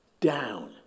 down